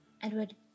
Edward